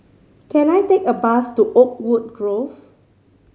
can I take a bus to Oakwood Grove